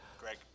Greg